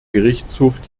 gerichtshof